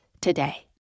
today